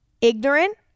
ignorant